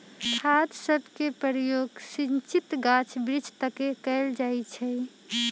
खाद सभके प्रयोग सिंचित गाछ वृक्ष तके कएल जाइ छइ